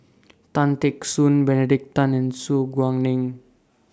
Tan Teck Soon Benedict Tan and Su Guaning